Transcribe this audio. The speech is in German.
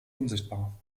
unsichtbar